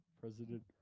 President